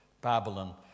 Babylon